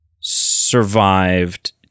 survived